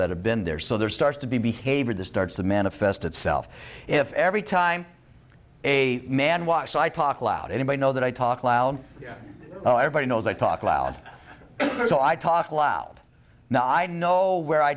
that have been there so there starts to be behavior that starts to manifest itself if every time a man walks i talk loud anybody know that i talk loud oh everybody knows i talk loud so i talk a lot now i know where i